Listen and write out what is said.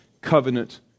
covenant